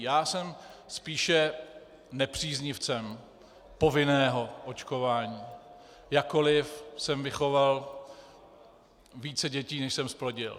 Já jsem spíše nepříznivcem povinného očkování, jakkoliv jsem vychoval více dětí, než jsem zplodil.